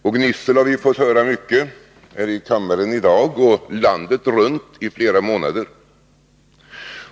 Och gnissel har vi fått höra mycket här i kammaren i dag och landet runt i flera månader.